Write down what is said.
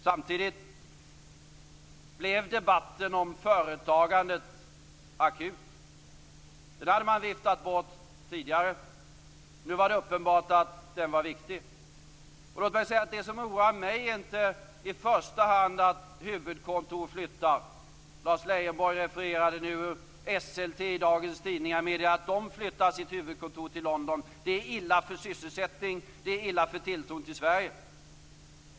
Samtidigt blev debatten om företagandet akut. Det hade man viftat bort tidigare. Nu var det uppenbart att det var viktigt. Det som oroar mig är inte i första hand att huvudkontor flyttar. Lars Leijonborg refererade till att Esselte i dagens tidningar meddelar att det flyttar sitt huvudkontor till London. Det är illa för sysselsättningen och för tilltron till Sverige.